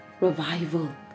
revival